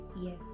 Yes